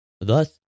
Thus